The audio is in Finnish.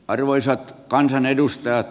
arvoisat kansanedustajat